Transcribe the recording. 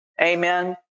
Amen